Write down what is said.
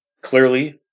clearly